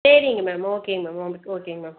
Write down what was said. சரிங்க மேம் ஓகேங்க மேம் ஓகேங்க மேம்